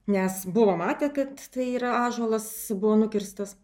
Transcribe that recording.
nes buvom matę kad tai yra ąžuolas buvo nukirstas